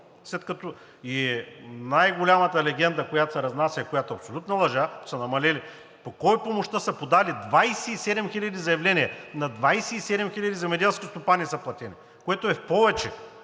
И най-голямата легенда, която се разнася и която е абсолютна лъжа, че са намалели. По помощта са подали 27 хиляди заявления. На 27 хиляди земеделски стопани са платени, което е в повече